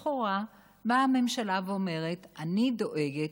לכאורה, באה הממשלה ואומרת: אני דואגת.